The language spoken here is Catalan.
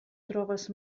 trobes